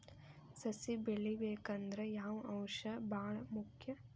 ಸಸಿ ಬೆಳಿಬೇಕಂದ್ರ ಯಾವ ಅಂಶ ಭಾಳ ಮುಖ್ಯ?